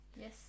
yes